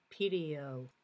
PDO